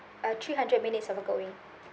uh three hundred minutes of outgoing